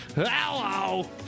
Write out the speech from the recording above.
Hello